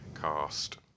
Cast